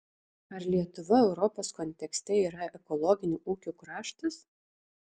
ar lietuva europos kontekste yra ekologinių ūkių kraštas